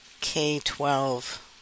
K-12